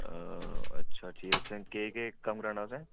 अच्छा ठीक ऐ केह् केह् कम्म कराना तुसें